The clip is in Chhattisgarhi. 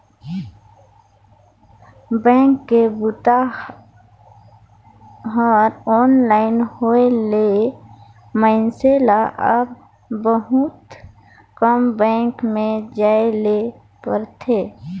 बेंक के बूता हर ऑनलाइन होए ले मइनसे ल अब बहुत कम बेंक में जाए ले परथे